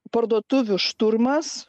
parduotuvių šturmas